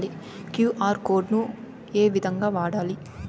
QR code ను ఏ విధంగా వాడాలి?